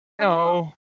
No